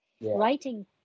writing